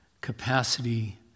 capacity